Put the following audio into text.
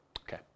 Okay